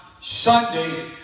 Sunday